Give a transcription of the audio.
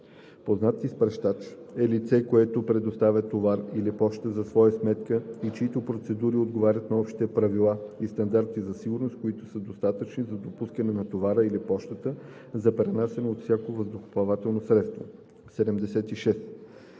„Познат изпращач“ е лице, което предоставя товар или поща за своя сметка и чиито процедури отговарят на общите правила и стандарти за сигурност, които са достатъчни за допускане на товара или пощата за пренасяне от всякакво въздухоплавателно средство. 76.